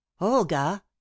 Olga